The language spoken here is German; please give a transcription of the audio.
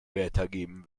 weitergeben